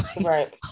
Right